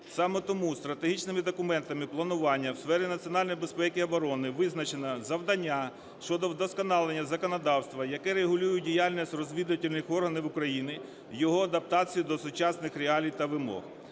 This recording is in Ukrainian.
Саме тому стратегічними документами планування в сфері національної безпеки і оборони визначено завдання щодо вдосконалення законодавства, яке регулює діяльність розвідувальних органів України, його адаптацію до сучасних реалій та вимог.